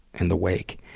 in the wake.